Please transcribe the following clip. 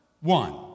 one